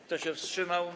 Kto się wstrzymał?